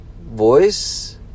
voice